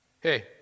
hey